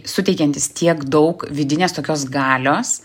suteikiantis tiek daug vidinės tokios galios